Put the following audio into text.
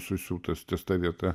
susiūtas ties ta vieta